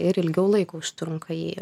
ir ilgiau laiko užtrunka jį